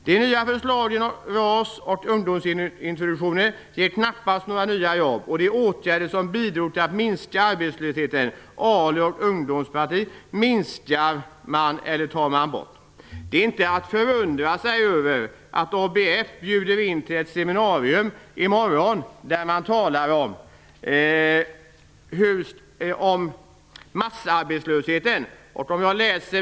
De nya förslagen RAS och ungdomsintroduktionen innebär knappast några nya jobb, och de åtgärder som bidrog till att minska arbetslösheten, ALU och ungdomspraktik, minskar man eller tar man bort. Det är inte att förundra sig över att ABF i morgon bjuder in till ett seminarium där man talar om massarbetslösheten.